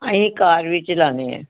ਅਸੀਂ ਘਰ ਵਿੱਚ ਲਾਉਣੇ ਹੈ